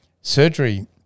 surgery